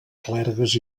clergues